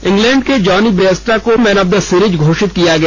England के Jonny Bairstow को man of the series घोषित किया गया